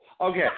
Okay